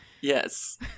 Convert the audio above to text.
Yes